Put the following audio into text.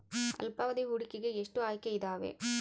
ಅಲ್ಪಾವಧಿ ಹೂಡಿಕೆಗೆ ಎಷ್ಟು ಆಯ್ಕೆ ಇದಾವೇ?